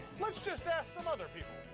let's just ask some other people.